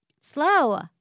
Slow